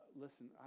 listen